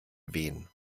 wen